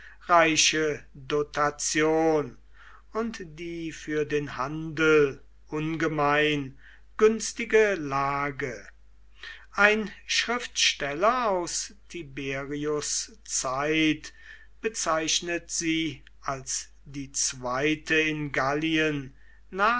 reiche dotation und die für den handel ungemein günstige lage ein schriftsteller aus tiberius zeit bezeichnet sie als die zweite in gallien